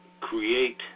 create